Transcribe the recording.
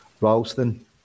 Ralston